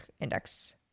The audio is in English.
index